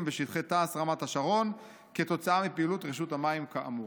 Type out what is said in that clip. בשטחי תעש רמת השרון כתוצאה מפעילות רשות המים כאמור.